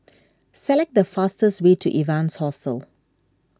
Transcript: select the fastest way to Evans Hostel